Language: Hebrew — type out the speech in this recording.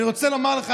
אני רוצה לומר לך,